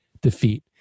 defeat